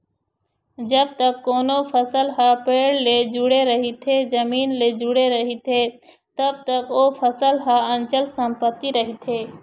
जब तक कोनो फसल ह पेड़ ले जुड़े रहिथे, जमीन ले जुड़े रहिथे तब तक ओ फसल ह अंचल संपत्ति रहिथे